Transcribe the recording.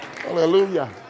hallelujah